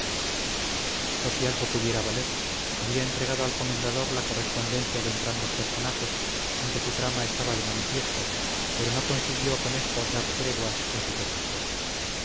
por si algo pudiera valer había entregado al comendador la correspondencia de entrambos personajes en que su trama estaba de manifiesto pero no consiguió por esto dar treguas a su pesar